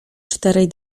czterej